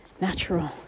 natural